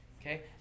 okay